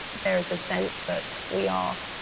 there is a sense that we are,